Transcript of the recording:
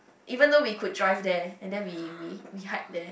even though we could drive there and then we we we hike there